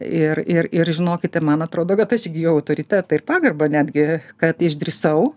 ir ir ir žinokite man atrodo kad aš įgijau autoritetą ir pagarbą netgi kad išdrįsau